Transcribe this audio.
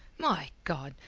my god!